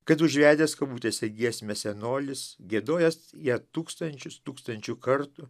kad užvedęs kabutėse giesmę senolis giedojęs jie tūkstančius tūkstančių kartų